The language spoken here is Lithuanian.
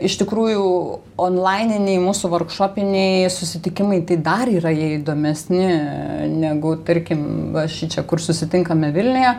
iš tikrųjų onlaininiai mūsų vorkšopiniai susitikimai tai dar yra jie įdomesni negu tarkim va šičia kur susitinkame vilniuje